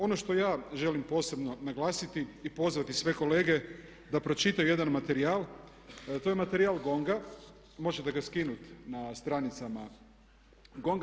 Ono što ja želim posebno naglasiti i pozvati sve kolege da pročitaju jedan materijal, a to je materijal GONG-a, možete ga skinuti na stranicama GONG-a.